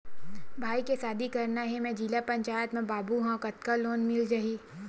भाई के शादी करना हे मैं जिला पंचायत मा बाबू हाव कतका लोन मिल जाही?